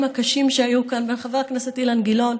הקשים שהיו כאן בין חבר הכנסת אילן גילאון